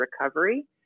recovery